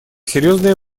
серьезное